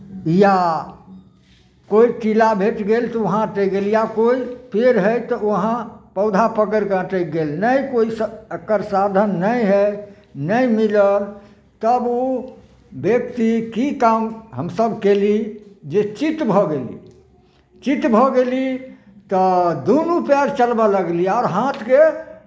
या कोइ टीला भेट गेल तऽ उहाँ पे गेली आ कोइ पेड़ हइ तऽ उहाँ पौधा पकड़ि कऽ अटकि गेल नहि कोइसँ एकर साधन नहि हइ नहि मिलल तब ओ व्यक्ति की काम हमसभ कयली जे चित्त भऽ गेली चित्त भऽ गेली तऽ दुनू पैर चलबय लगली आओर हाथकेँ